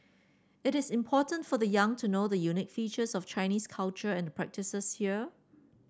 it is important for the young to know the unique features of Chinese culture and the practices here